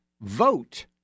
VOTE